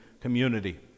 community